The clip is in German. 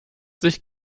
sich